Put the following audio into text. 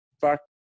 fact